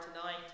tonight